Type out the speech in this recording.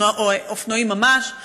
אופנועים ממש,